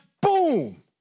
boom